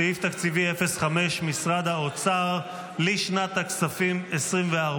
סעיף תקציבי 05, משרד האוצר, לשנת הכספים 2024,